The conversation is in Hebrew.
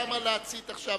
למה להצית עכשיו?